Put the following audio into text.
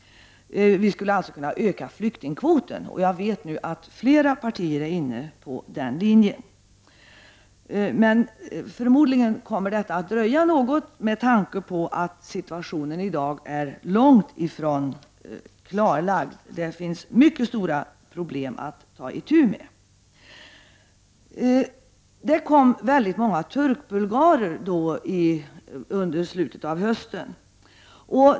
Vi skulle alltså kunna öka flyktingkvoten. Jag vet att flera partier är inne på den linjen. Förmodligen kommer det att dröja något innan vi har ändrat vårt mottagande i den riktningen med tanke på att situationen i dag är långt ifrån klarlagd. Det finns mycket stora problem att ta itu med. Det kom väldigt många turkbulgarer till Sverige i slutet av hösten.